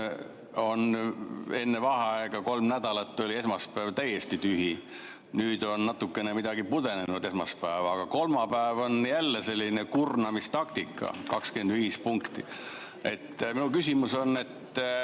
Enne vaheaega [paar] nädalat oli esmaspäev täiesti tühi, nüüd on natukene midagi pudenenud esmaspäeva. Aga kolmapäev on jälle selline kurnamistaktika: 25 [päevakorra]punkti. Mu küsimus on, see